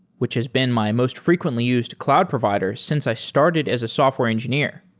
which has been my most frequently used cloud provider since i started as a software engineer.